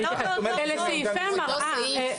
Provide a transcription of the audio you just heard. אלה סעיפי המראה.